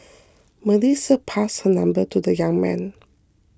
Melissa passed her number to the young man